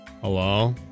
Hello